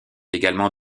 également